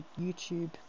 YouTube